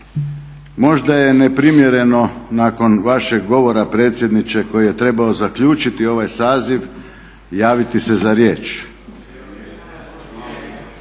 Možda je neprimjereno nakon vašeg govora predsjedniče koji je trebao zaključiti ovaj saziva, javiti se za riječ.